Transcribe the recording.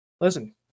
Listen